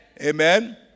Amen